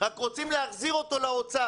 רק רוצים להחזיר אותו לאוצר.